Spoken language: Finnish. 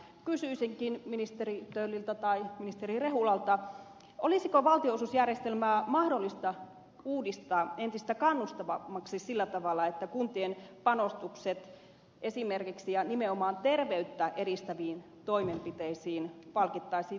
kysyisinkin ministeri tölliltä tai ministeri rehulalta olisiko valtionosuusjärjestelmää mahdollista uudistaa entistä kannustavammaksi sillä tavalla että kuntien panostukset esimerkiksi ja nimenomaan terveyttä edistäviin toimenpiteisiin palkittaisiin tuon järjestelmän kautta